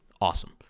Awesome